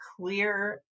clear